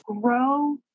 Grow